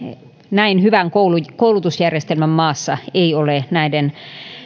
näin hyvän koulutusjärjestelmän maassa ei ole näiden